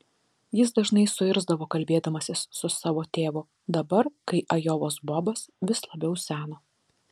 jis dažnai suirzdavo kalbėdamasis su savo tėvu dabar kai ajovos bobas vis labiau seno